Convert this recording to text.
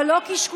אבל לא קשקושים,